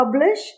publish